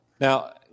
Now